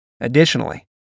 Additionally